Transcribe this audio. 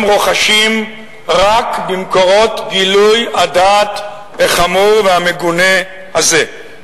רוחשים רק במקורות גילוי הדעת החמור והמגונה הזה.